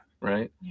right